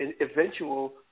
eventual